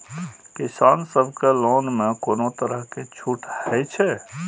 किसान सब के लोन में कोनो तरह के छूट हे छे?